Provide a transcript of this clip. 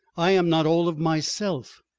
i am not all of myself.